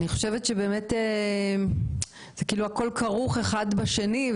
אני חושבת שהכול כרוך אחד בשני.